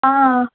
ஆ